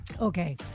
Okay